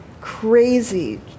crazy